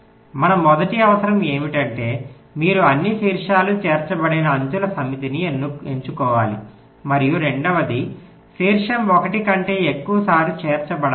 మన మొదటి అవసరం ఏమిటంటే మీరు అన్ని శీర్షాలు చేర్చబడిన అంచుల సమితిని ఎంచుకోవాలి మరియు రెండవది శీర్షం ఒకటి కంటే ఎక్కువసార్లు చేర్చబడలేదు